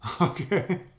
Okay